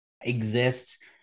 exist